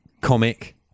comic